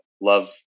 love